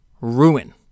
ruin